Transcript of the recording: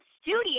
studio